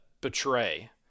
betray